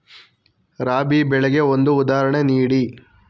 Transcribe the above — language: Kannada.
ರಾಬಿ ಬೆಳೆಗೆ ಒಂದು ಉದಾಹರಣೆ ನೀಡಿ